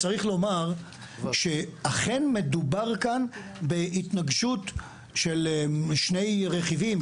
צריך לומר שאכן מדובר כאן בהתנגשות של שני רכיבים,